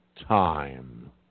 time